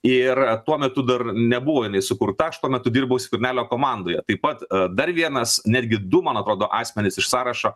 ir tuo metu dar nebuvo inai sukurta aš tuo metu dirbau skvernelio komandoje taip pat dar vienas netgi du man atrodo asmenys iš sąrašo